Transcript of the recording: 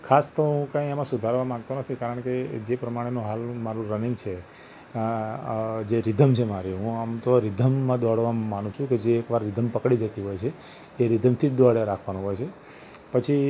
ખાસ તો હું કંઈ એમાં સુધારવા માગતો નથી કારણ કે જે પ્રમાણેનું હાલનું મારું રનિંગ છે જે રીધમ છે મારી હું આમ તો રીધમમાં દોડવામાં માનું છે કે જે એકવાર રીધમ પકડાઇ જતી હોય છે એ રીધમથી જ દોડ્યા રાખવાનું હોય છે પછી